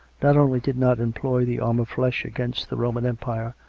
not only did not employ the arm of flesh against the roman empire,